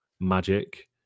magic